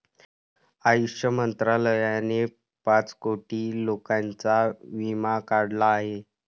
आयुष मंत्रालयाने पाच कोटी लोकांचा विमा काढला आहे